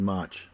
March